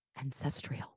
ancestral